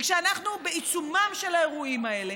כשאנחנו בעיצומם של האירועים האלה,